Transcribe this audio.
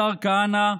השר כהנא,